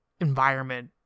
environment